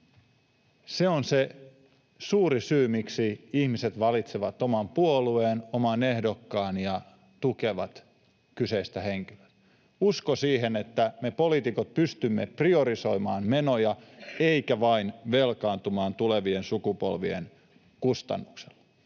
Se on se suuri syy, miksi ihmiset valitsevat oman puolueensa, oman ehdokkaansa, ja tukevat kyseistä henkilöä. Usko siihen, että me poliitikot pystymme priorisoimaan menoja emmekä vain velkaantumaan tulevien sukupolvien kustannuksella.